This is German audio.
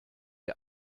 ihr